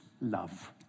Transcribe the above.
love